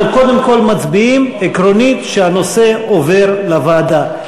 אנחנו קודם כול מצביעים עקרונית שהנושא עובר לוועדה.